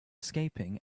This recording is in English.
escaping